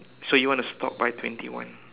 so you want to stop by twenty one